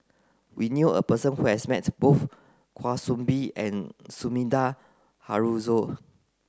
we knew a person who has mets both Kwa Soon Bee and Sumida Haruzo